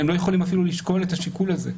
הם לא יכולים אפילו לשקול את השיקול הזה,